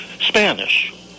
Spanish